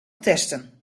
testen